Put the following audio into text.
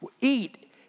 Eat